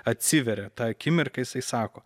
atsiveria tą akimirką jisai sako